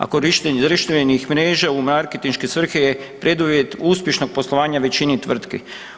A korištenje društvenih mreža u marketinške svrhe je preduvjet uspješnog poslovanja većini tvrtki.